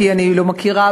כי אני לא מכירה,